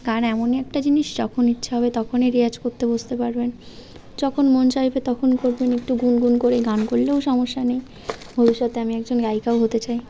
গান এমনই একটা জিনিস যখন ইচ্ছে হবে তখনই রেয়াজ করতে বসতে পারবেন যখন মন চাইবে তখন করবেন একটু গুনগুন করে গান করলেও সমস্যা নেই ভবিষ্যতে আমি একজন গায়িকাও হতে চাই